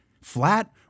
flat